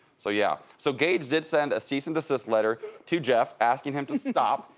so yeah, so gage did send a cease and desist letter to jeff asking him to stop,